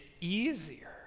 easier